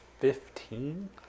Fifteen